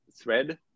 thread